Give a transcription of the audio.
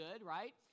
right